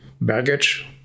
baggage